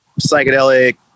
psychedelic